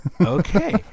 Okay